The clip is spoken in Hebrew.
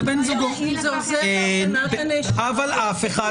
אם זה עוזר להגנת הנאשם --- אבל אף אחד --- לפעמים